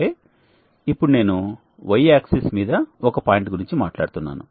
అంటే ఇప్పుడు నేను ను Y ఆక్సిస్ మీద ఒక పాయింట్ గురించి మాట్లాడుతున్నాను